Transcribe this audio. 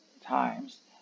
Times